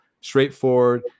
straightforward